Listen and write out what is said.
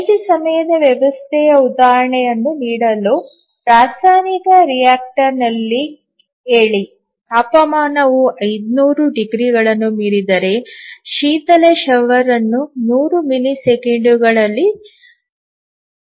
ನೈಜ ಸಮಯದ ವ್ಯವಸ್ಥೆಯ ಉದಾಹರಣೆಯನ್ನು ನೀಡಲು ರಾಸಾಯನಿಕ ರಿಯಾಕ್ಟರ್ನಲ್ಲಿ ತಾಪಮಾನವು 500 ಡಿಗ್ರಿಗಳನ್ನು ಮೀರಿದರೆ ಶೀತಕ ಶವರ್ ಅನ್ನು 100 ಮಿಲಿಸೆಕೆಂಡುಗಳಲ್ಲಿ ತಿರಸ್ಕರಿಸಬೇಕು